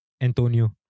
Antonio